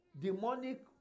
demonic